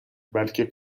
بلکه